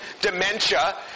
Dementia